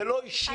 זה לא אישי.